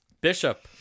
Bishop